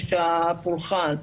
חופש הפולחן,